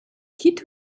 quitte